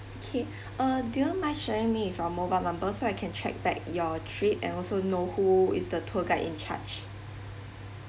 okay uh do you mind sharing me with your mobile number so I can check back your trip and also know who is the tour guide in charge